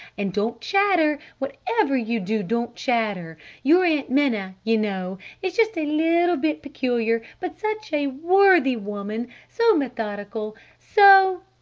and don't chatter! whatever you do, don't chatter! your aunt minna, you know, is just a little bit peculiar! but such a worthy woman! so methodical! so.